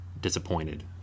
disappointed